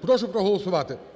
Прошу проголосувати.